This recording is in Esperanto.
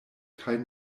kaj